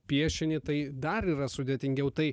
piešinį tai dar yra sudėtingiau tai